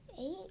Eight